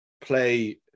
play